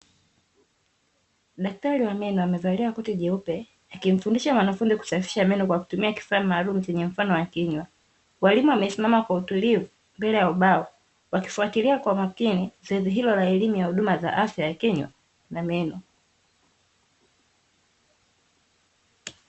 Daktari wa meno amevalia koti jeupe akimfundisha mwanafunzi kusafisha meno kwa kutumia kifaa maalumu chenye mfano wa kinywa. Walimu wamesimama kwa utulivu mbele ya ubao, wakifuatilia kwa umakini zoezi hilo la elimu ya huduma za afya ya kinywa na meno.